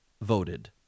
voted